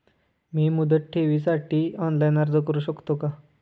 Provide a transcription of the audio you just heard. मी मुदत ठेवीसाठी ऑनलाइन अर्ज करू शकतो का?